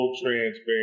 transparency